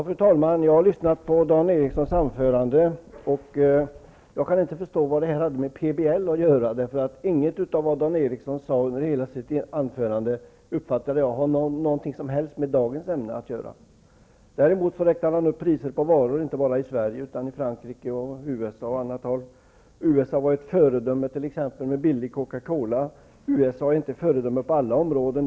Fru talman! Jag har lyssnat på Dan Erikssons anförande och kan inte förstå vad det hade med PBL att göra. Inget av det Dan Eriksson sade under hela sitt anförande uppfattade jag hade något som helst med dagens ämne att göra. Däremot räknade han upp priset på varor, inte bara i Sverige, utan i Frankrike, USA och på annat håll. USA var t.ex. ett föredöme, med billig Coca Cola. USA är inte ett föredöme på alla områden.